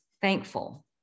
thankful